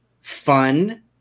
fun